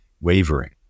wavering